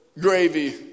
gravy